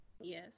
Yes